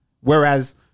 Whereas